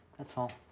that's all.